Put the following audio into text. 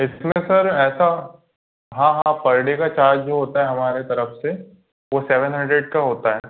इसमें सर ऐसा हाँ हाँ पर डे का चार्ज जो होता है हमारे तरफ से वो सेवन हंड्रेड का होता है